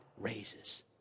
raises